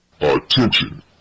Attention